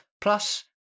plus